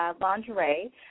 Lingerie